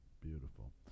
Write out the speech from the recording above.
beautiful